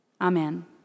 Amen